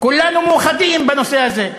כולנו מאוחדים בנושא הזה.